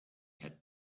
had